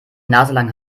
naselang